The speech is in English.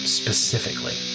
specifically